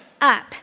up